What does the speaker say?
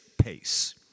pace